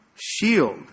shield